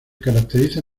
caracteriza